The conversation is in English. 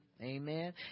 Amen